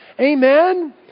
Amen